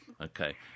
Okay